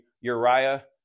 Uriah